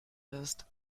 ist